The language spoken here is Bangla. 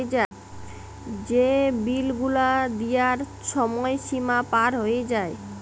যে বিল গুলা দিয়ার ছময় সীমা পার হঁয়ে যায়